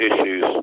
issues